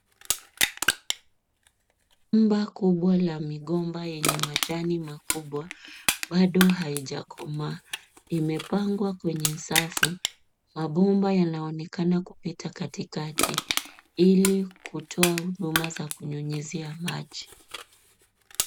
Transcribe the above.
Shamba kubwa lenye migomba yenye majani makubwa, bado haijakomaa, imepangwa kwenye safu. Maboma yanaonekana kupita katikati ili kutoa boma za kunyunyizia maji.